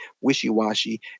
wishy-washy